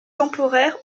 temporaire